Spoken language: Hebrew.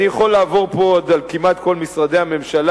אני יכול לעבור פה כמעט על כל משרדי הממשלה,